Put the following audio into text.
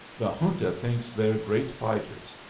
the junta thinks they're great fighters,